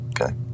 Okay